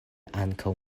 ankaŭ